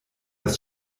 das